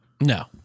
No